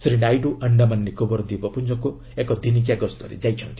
ଶ୍ରୀ ନାଇଡୁ ଆଖାମାନ ନିକୋବର ଦ୍ୱୀପପୁଞ୍ଜକୁ ଦିନିକିଆ ଗସ୍ତରେ ଯାଇଛନ୍ତି